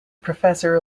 professor